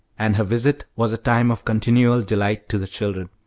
and her visit was a time of continual delight to the children.